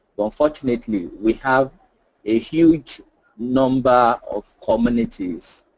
but unfortunately we have a huge number of communities,